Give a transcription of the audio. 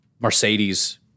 Mercedes